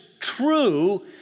true